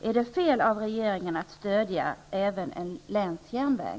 Är det fel av regeringen att stödja även en länsjärnväg?